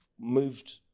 moved